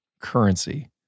currency